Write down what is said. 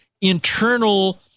internal